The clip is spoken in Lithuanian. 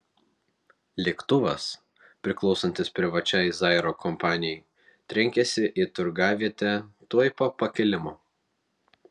lėktuvas priklausantis privačiai zairo kompanijai trenkėsi į turgavietę tuoj po pakilimo